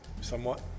somewhat